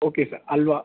okay sir halwa